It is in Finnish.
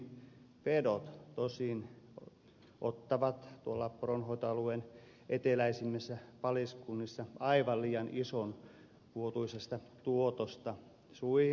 pedot tosin ottavat tuolla poronhoitoalueen eteläisimmissä paliskunnissa aivan liian ison osan vuotuisesta tuotosta suihinsa